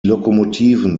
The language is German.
lokomotiven